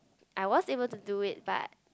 I was able to do it but